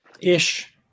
Ish